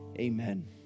amen